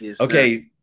Okay